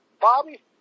Bobby